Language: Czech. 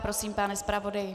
Prosím, pane zpravodaji.